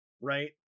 right